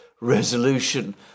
resolution